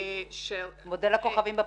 מודל הכוכבים בפגיות.